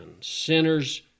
sinners